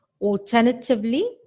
Alternatively